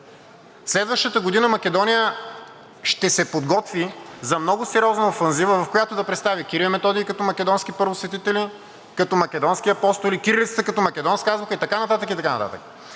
Следващата година Македония ще се подготви за много сериозна офанзива, в която да представи Кирил и Методий като македонски първосветители, като македонски апостоли, кирилицата като македонска азбука и така нататък